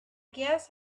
guess